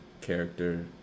character